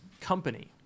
company